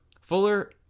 Fuller